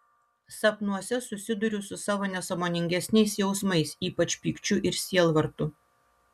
sapnuose susiduriu su savo nesąmoningesniais jausmais ypač pykčiu ir sielvartu